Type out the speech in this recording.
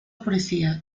policía